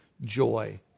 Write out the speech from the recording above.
joy